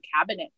cabinet